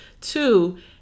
Two